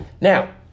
Now